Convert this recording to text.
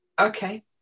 okay